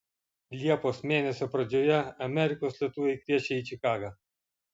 liepos mėnesio pradžioje amerikos lietuviai kviečia į čikagą